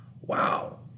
wow